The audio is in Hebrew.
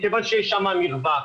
מכיוון שיש שם מרווח,